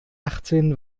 achtzenh